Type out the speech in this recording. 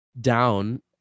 down